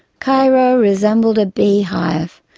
cairo resembled a beehive,